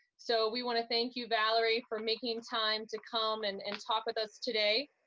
so, we wanna thank you valerie for making time to come and and talk with us today.